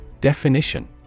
Definition